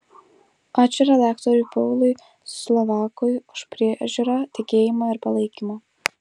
ačiū redaktoriui paului slovakui už priežiūrą tikėjimą ir palaikymą